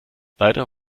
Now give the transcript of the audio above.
leider